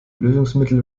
lösungsmittel